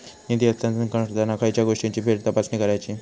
निधी हस्तांतरण करताना खयच्या गोष्टींची फेरतपासणी करायची?